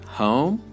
home